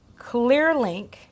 Clearlink